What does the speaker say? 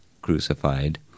crucified